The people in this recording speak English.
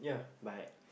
but